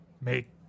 Make